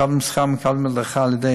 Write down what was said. מקבלים שכר ומקבלים הדרכה על ידי,